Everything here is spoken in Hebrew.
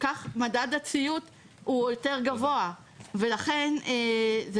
כך מדד הציות הוא יותר גבוה ולכן זה